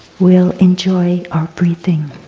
we'll enjoy our breathing.